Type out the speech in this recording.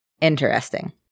Interesting